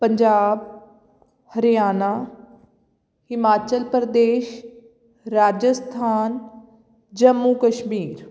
Punjab Haryana Himachal Pradesh Rajasthan Jammu Kashmir